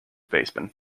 baseman